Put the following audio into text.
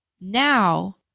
Now